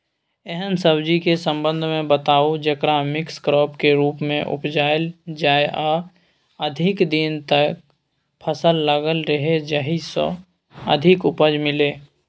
एहन सब्जी के संबंध मे बताऊ जेकरा मिक्स क्रॉप के रूप मे उपजायल जाय आ अधिक दिन तक फसल लागल रहे जाहि स अधिक उपज मिले?